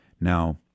Now